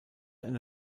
eine